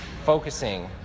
focusing